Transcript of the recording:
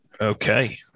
Okay